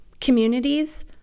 Communities